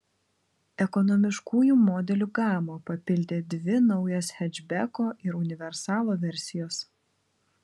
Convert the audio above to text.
ekonomiškųjų modelių gamą papildė dvi naujos hečbeko ir universalo versijos